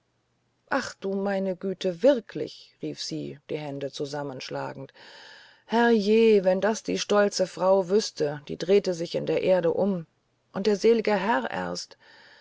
ach du meine güte wirklich rief sie die hände zusammenschlagend herr je wenn das die stolze frau wüßte die drehte sich in der erde um und der sel'ge herr erst